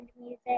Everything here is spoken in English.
music